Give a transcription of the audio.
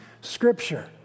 scripture